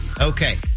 Okay